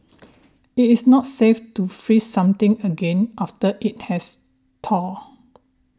it is not safe to freeze something again after it has thawed